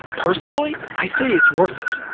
personally, i say it's worth it.